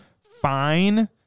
fine